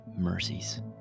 Mercies